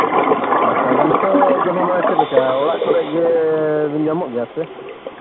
ᱟᱪᱪᱷᱟ ᱱᱤᱛᱚᱜ ᱫᱚ ᱦᱟᱸᱜ ᱢᱟᱱᱮ ᱪᱮᱫ ᱞᱮᱠᱟ ᱚᱲᱟᱜ ᱠᱚᱨᱮᱫ ᱵᱤᱱ ᱧᱟᱢᱚᱜ ᱜᱮᱭᱟ ᱥᱮ